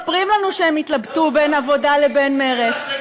הם מספרים לנו שהם התלבטו בין העבודה לבין מרצ,